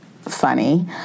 Funny